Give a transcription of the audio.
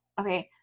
Okay